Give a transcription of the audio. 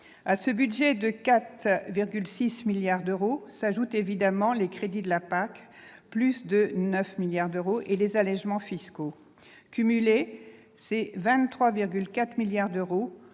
À ce budget de 4,6 milliards d'euros s'ajoutent évidemment les crédits de la PAC- plus de 9 milliards d'euros -et les allégements fiscaux. Cumulés, ce sont 23,4 milliards d'euros